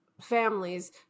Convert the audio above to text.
families